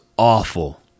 awful